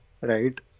Right